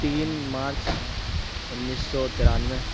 تین مارچ انیس سو ترانوے